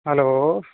hello